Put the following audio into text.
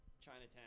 Chinatown